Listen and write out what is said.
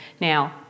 Now